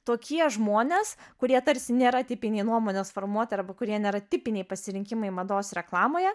tokie žmonės kurie tarsi nėra tipiniai nuomonės formuotojai arba kurie nėra tipiniai pasirinkimai mados reklamoje